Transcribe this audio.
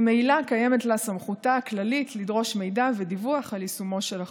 ממילא קיימת לה סמכותה הכללית לדרוש מידע ודיווח על יישומו של החוק,